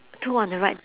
two on the right